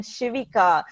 Shivika